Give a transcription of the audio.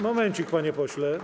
Momencik, panie pośle.